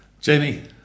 Jamie